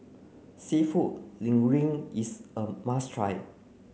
Seafood Linguine is a must try